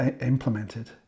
implemented